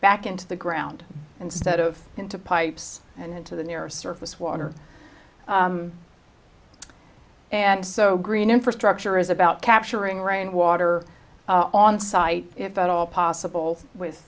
back into the ground instead of into pipes and into the nearest surface water and so green infrastructure is about capturing rainwater on site if at all possible with